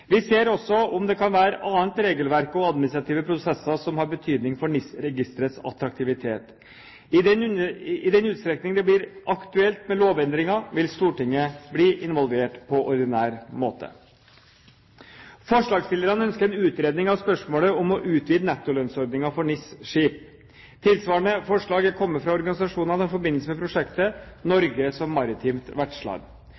Vi ser også på om det kan være annet regelverk og administrative prosesser som har betydning for NIS-registerets attraktivitet. I den utstrekning det blir aktuelt med lovendringer, vil Stortinget bli involvert på ordinær måte. Forslagsstillerne ønsker en utredning av spørsmålet om å utvide nettolønnsordningen for NIS-skip. Tilsvarende forslag er kommet fra organisasjonene i forbindelse med prosjektet